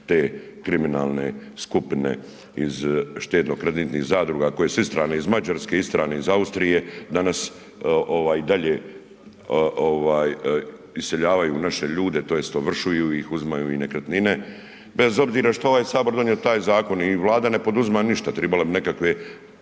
te kriminalne skupine iz štednokreditnih zadruga koje su isterani iz Mađarske, isterani iz Austrije danas i dalje iseljavaju naše ljude tj. ovršuju ih oduzimaju im nekretnine. Bez obzira što je ovaj Sabor donio taj zakon i Vlada ne poduzima n išta, tribala bi nekakve